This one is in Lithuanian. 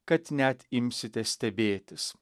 kad net imsite stebėtis